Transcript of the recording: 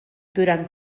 durant